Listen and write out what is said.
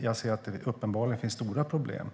Jag ser att det uppenbarligen finns stora problem.